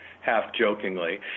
half-jokingly